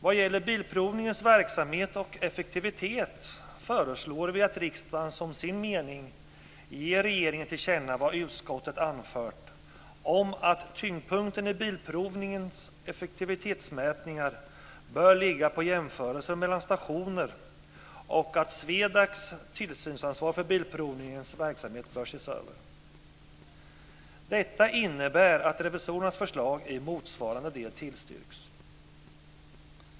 Vad gäller Bilprovningens verksamhet och effektivitet föreslår vi att riksdagen som sin mening ger regeringen till känna vad utskottet anfört om att tyngdpunkten i Bilprovningens effektivitetsmätningar bör ligga på jämförelser mellan stationer och att SWEDAC:s tillsynsansvar för Bilprovningens verksamhet bör ses över. Detta innebär att revisorernas förslag i motsvarande del tillstyrks.